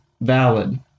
valid